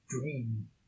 dream